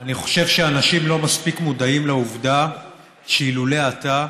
אני חושב שאנשים לא מספיק מודעים לעובדה שאילולא אתה,